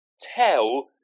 Tell